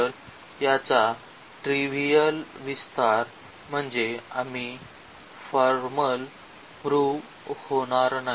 तर याचा ट्रेव्हिल विस्तार म्हणजे आम्ही फॉर्मल प्रूव्ह होणार नाही